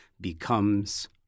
becomes